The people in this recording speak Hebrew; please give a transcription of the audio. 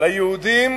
ליהודים